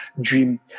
dream